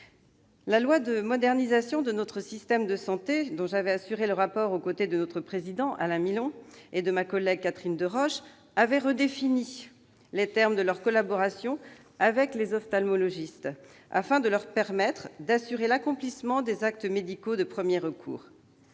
La loi de modernisation de notre système de santé, dont j'avais assuré le rapport au côté de notre président, Alain Milon, et de ma collègue Catherine Deroche, avait redéfini les termes de leur collaboration avec les ophtalmologistes, afin de leur permettre d'accomplir les actes médicaux de premier recours.